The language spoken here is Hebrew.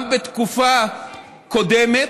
גם בתקופה קודמת,